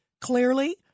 Clearly